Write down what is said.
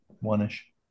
one-ish